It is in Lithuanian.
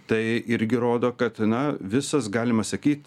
tai irgi rodo kad na visas galima sakyt